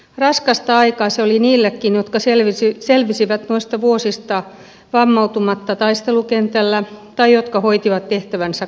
raskasta aikaa se oli niillekin jotka selvisivät noista vuosista vammautumatta taistelukentällä tai jotka hoitivat tehtävänsä kotirintamalla